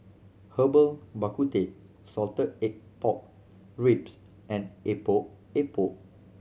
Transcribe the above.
Herbal Bak Ku Teh salted egg pork ribs and Epok Epok